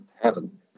Heaven